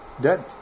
dead